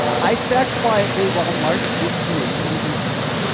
i sat quietly while mark dissed me in his talk.